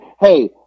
Hey